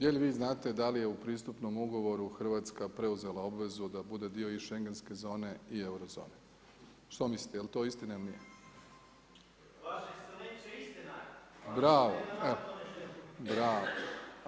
Je li vi znate da li je u pristupnom ugovoru Hrvatska preuzela obvezu da bude dio i šengenske zone i eurozone, što mislite je li to istina ili nije? [[Upadica Pernar: Vaša ekscelencijo istina je.]] Bravo. … [[Upadica se ne čuje.]] Bravo.